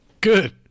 Good